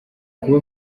kuba